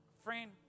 Friend